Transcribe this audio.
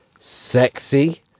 Sexy